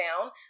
down